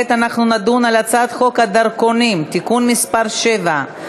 אנחנו נדון בהצעת חוק הדרכונים (תיקון מס' 7),